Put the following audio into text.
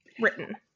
written